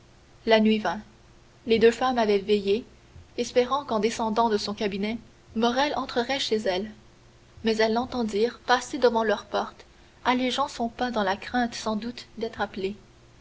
la nuit vint les deux femmes avaient veillé espérant qu'en descendant de son cabinet morrel entrerait chez elles mais elles l'entendirent passer devant leur porte allégeant son pas dans la crainte sans doute d'être appelé